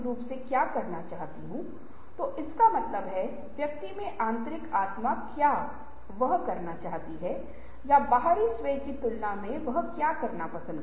प्रत्येक विकल्प को एक अलग कार्ड या एक अलग पर्ची पर लिखा जाना चाहिए समस्या को यथासंभव कैसे रखें